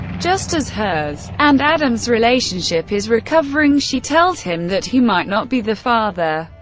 just as hers and adam's relationship is recovering, she tells him that he might not be the father,